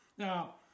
Now